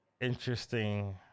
interesting